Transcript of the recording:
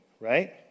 right